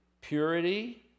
purity